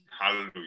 Hallelujah